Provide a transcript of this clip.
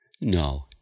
No